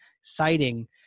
citing